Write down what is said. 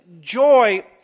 joy